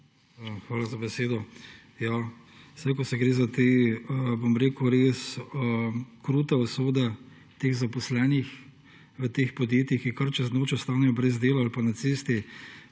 Hvala za besedo. Saj ko se gre za te res krute usode zaposlenih v teh podjetjih, ki kar čez noč ostanejo brez dela ali pa na cesti,